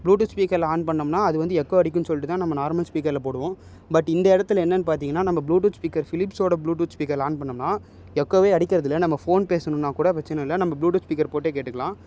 Bluetooth ஸ்பீக்கர்ல on பண்ணோம்னா அது வந்து எக்கோ அடிக்குதுன்னு சொல்லிட்டு தான் நம்ம நார்மல் ஸ்பீக்கர்ல போடுவோம் பட் இந்த இடத்துல என்னன்னு பார்த்திங்கனா நம்ம ப்ளூடூத் ஸ்பீக்கர் பிலிப்ஸோட ப்ளூடூத் ஸ்பீக்கர்ல ஆன் பண்ணோம்னா எக்கோவே அடிக்கிறது இல்லை நம்ம ஃபோன் பேசணும்னால் கூட பிரச்சனை இல்லை நம்ம ப்ளுடூத் ஸ்பீக்கர் போட்டே கேட்டுக்கலாம்